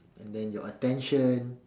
and then your attention